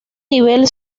nivel